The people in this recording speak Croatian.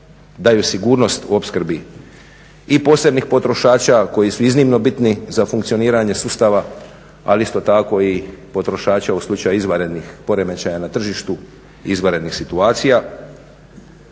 daju sigurnost u opskrbi i posebnih potrošača koji su iznimno bitni za funkcioniranje sustava ali isto tako i potrošača u slučaju izvanrednih poremećaja na tržištu, izvanrednih situacija.